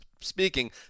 speaking